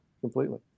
completely